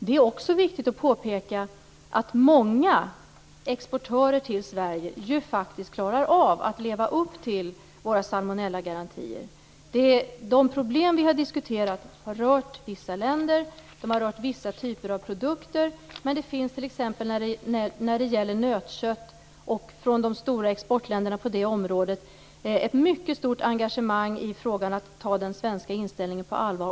Det är också viktigt att påpeka att många exportörer till Sverige faktiskt klarar av att leva upp till våra salmonellagarantier. De problem vi har diskuterat har rört vissa länder, de har rört vissa typer av produkter. Men det finns från de stora exportländerna på nötköttsområdet ett stort engagemang i frågan att ta den svenska inställningen på allvar.